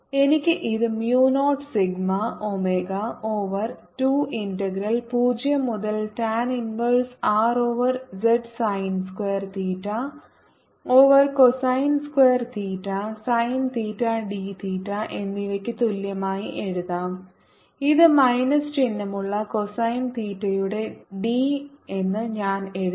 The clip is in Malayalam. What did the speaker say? എനിക്ക് ഇത് mu 0 sigma omega over 2 integral 0 മുതൽ tan inverse R over z sine square theta over cosine square theta sine theta d theta എന്നിവയ്ക്ക് തുല്യമായി എഴുതാം ഇത് മൈനസ് ചിഹ്നമുള്ള കോസൈൻ തീറ്റയുടെ d എന്ന് ഞാൻ എഴുതാം